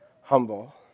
humble